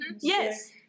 Yes